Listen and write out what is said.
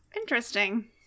Interesting